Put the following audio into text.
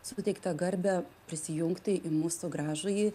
suteiktą garbę prisijungti į mūsų gražųjį